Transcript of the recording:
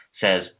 says